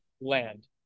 land